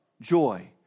joy